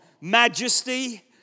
Majesty